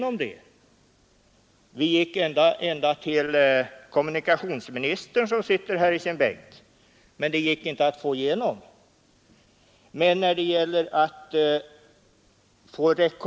Vi gick ända till kommunikationsministern som nu sitter här i sin bänk, men vi kunde inte få igenom det förslaget.